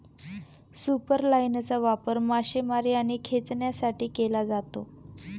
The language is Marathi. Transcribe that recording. सुपरलाइनचा वापर मासेमारी आणि खेचण्यासाठी केला जातो